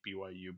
BYU